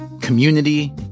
community